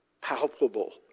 palpable